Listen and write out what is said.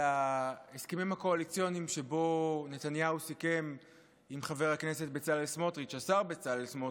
ההסכמים הקואליציוניים שבהם נתניהו סיכם עם חבר הכנסת בצלאל סמוטריץ',